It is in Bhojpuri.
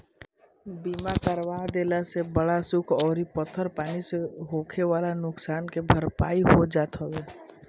बीमा करवा देहला से बाढ़ सुखा अउरी पत्थर पानी से होखेवाला नुकसान के भरपाई हो जात हवे